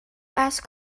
ask